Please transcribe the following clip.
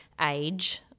age